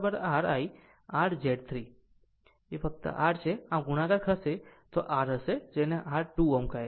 r Z 3 એ ફક્ત r છે આમ જો ગુણાકાર થશે તો આ r r હશે જેને r 2 Ω કહે છે